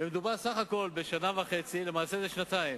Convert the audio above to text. מדובר סך-הכול בשנה וחצי, למעשה זה שנתיים.